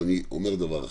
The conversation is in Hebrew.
אבל אני אומר דבר אחד: